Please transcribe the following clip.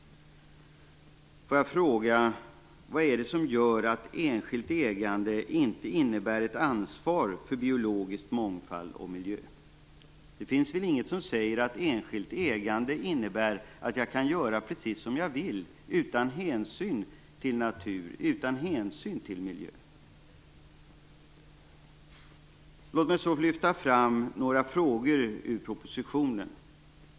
Vad är det som gör att enskilt ägande inte innebär ett ansvar för biologisk mångfald och miljö? Det finns väl inget som säger att enskilt ägande innebär att jag kan göra precis som jag vill, utan hänsyn till natur och miljö? Låt mig så lyfta fram några frågor ur propositionen.